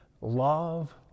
love